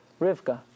Rivka